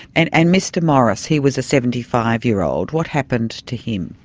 and and mr morris, he was a seventy five year old. what happened to him?